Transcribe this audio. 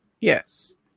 Yes